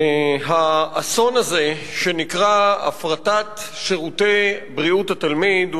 האסון הזה שנקרא הפרטת שירותי בריאות התלמיד הוא